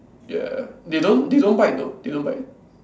ya they don't they don't bite though they don't bite